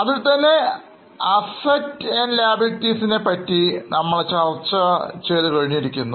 അതിൽ തന്നെ Assets liabilities പറ്റി നമ്മൾ ചർച്ച ചെയ്തു കഴിഞ്ഞിരിക്കുന്നു